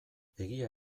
egia